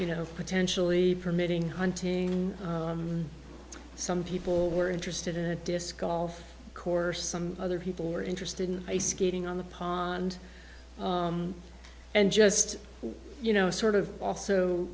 you know potentially permitting hunting some people were interested in a discussion of course some other people were interested in ice skating on the pond and just you know sort of also